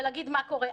ולהגיד מה קורה.